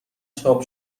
چاپ